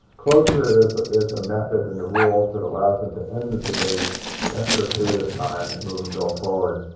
cloture is ah is a method in the rules that allows them to end the debate after a period of time and move a bill forward.